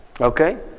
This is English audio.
Okay